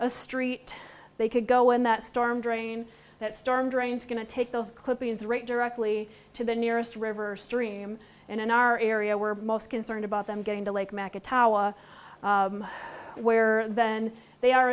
a street they could go in that storm drain that storm drains going to take the clippings right directly to the nearest river stream and in our area we're most concerned about them getting to lake mack a towel where then they are